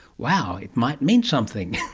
wow, it might mean something.